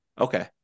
Okay